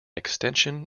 extension